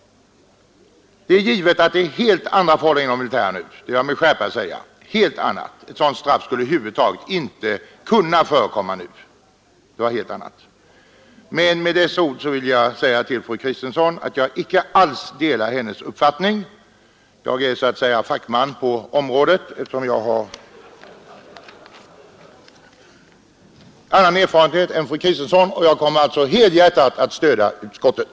Givetvis råder det helt andra militära förhållanden nu, det vill jag med skärpa framhålla. Ett sådant straff som mitt skulle över huvud taget inte kunna utdömas nu. Det var helt andra förhållanden då. Med dessa ord vill jag säga till fru Kristensson att jag inte alls delar hennes uppfattning. Jag är så att säga fackman på området, eftersom jag har en helt annan erfarenhet än fru Kristensson, och jag kommer därför helhjärtat att stödja utskottet.